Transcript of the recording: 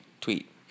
Tweet